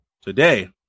today